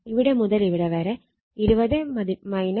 ഇവിടെ മുതൽ ഇവിടെ വരെ 20 1